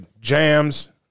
Jams